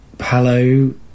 Hello